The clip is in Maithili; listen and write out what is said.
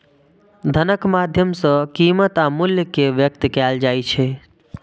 धनक माध्यम सं कीमत आ मूल्य कें व्यक्त कैल जाइ छै